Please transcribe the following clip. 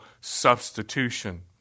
substitution